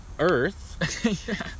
earth